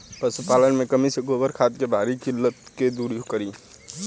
पशुपालन मे कमी से गोबर खाद के भारी किल्लत के दुरी करी?